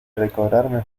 recobrarme